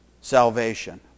Salvation